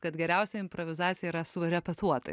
kad geriausia improvizacija yra surepetuota